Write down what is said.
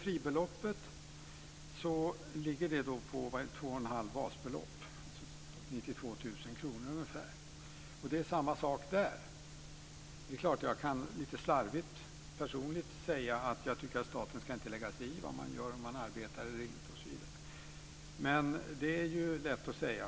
92 000 kr. Det är samma sak där. Det är klart att jag lite slarvigt personligt kan säga att jag tycker att staten inte ska lägga sig i vad man gör, om man arbetar eller inte. Det är ju lätt att säga.